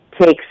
takes